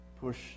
push